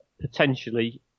potentially